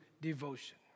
devotion